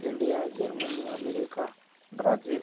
India Germany America Brazil